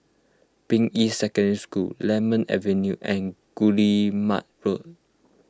Ping Yi Secondary School Lemon Avenue and Guillemard Road